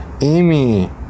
Amy